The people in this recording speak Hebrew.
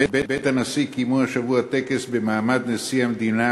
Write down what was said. בבית הנשיא קיימו השבוע טקס במעמד נשיא המדינה,